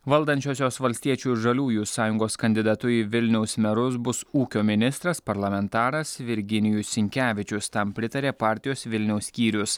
valdančiosios valstiečių ir žaliųjų sąjungos kandidatu į vilniaus merus bus ūkio ministras parlamentaras virginijus sinkevičius tam pritarė partijos vilniaus skyrius